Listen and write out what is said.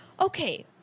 Okay